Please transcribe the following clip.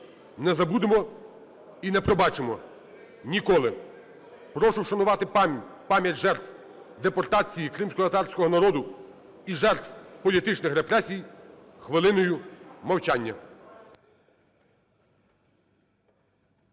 Не забудемо і не пробачимо ніколи! Прошу вшанувати пам'ять жертв депортації кримськотатарського народу і жертв політичних репресій хвилиною мовчання.